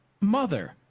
mother